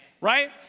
right